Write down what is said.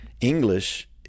English